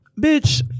bitch